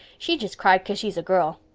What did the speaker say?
she just cried cause she's a girl.